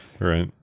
Right